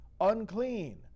Unclean